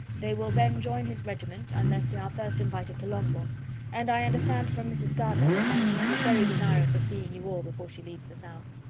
they will then join his regiment, unless they are first invited to longbourn and i understand from mrs. gardiner, that my niece is very desirous of seeing you all before she leaves the south.